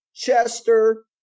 chester